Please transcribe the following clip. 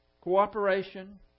cooperation